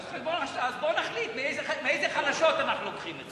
אז בוא נחליט מאיזה חלשות אנחנו לוקחים את זה.